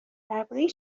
درباره